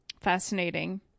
Fascinating